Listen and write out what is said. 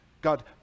God